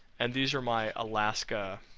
and these are my alaska